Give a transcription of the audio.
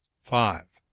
five.